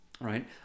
right